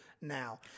now